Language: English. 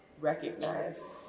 recognize